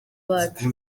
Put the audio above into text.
bacu